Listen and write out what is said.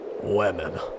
Women